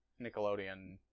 Nickelodeon